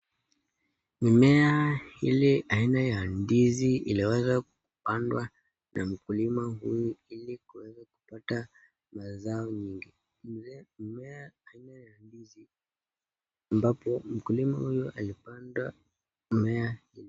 Mimea ile aina ya ndizi, imeweza kupandwa, na mkulima huyu ili kuweza kupata, mazao nyingi, mimea aina ya ndizi, ambapo mkulima huyu, alipanda mimea hii.